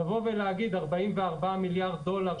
לבוא ולהגיד 44 מיליארד דולר,